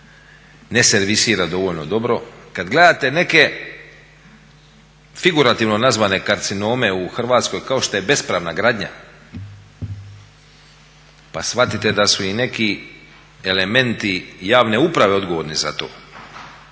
ne servisira dovoljno dobro. Kada gledate neke figurativno nazvane karcinome u Hrvatskoj kao što je bespravna gradnja pa shvatite da su i neki elementi javne uprave odgovorni za to